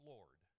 Lord